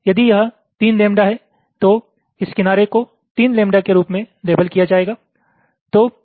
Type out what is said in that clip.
यदि यह 3 लैम्ब्डा है तो इस किनारे को 3 लैम्ब्डा के रूप में लेबल किया जाएगा